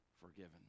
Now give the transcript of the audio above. forgiven